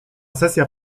sesja